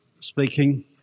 Speaking